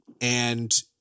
And-